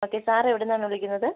okay sir എവിടിന്നാണ് വിളിക്കുന്നത്